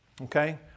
okay